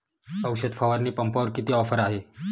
औषध फवारणी पंपावर किती ऑफर आहे?